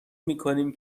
میکنیم